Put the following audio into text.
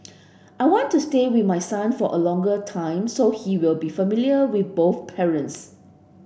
I want to stay with my son for a longer time so he will be familiar with both parents